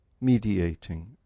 mediating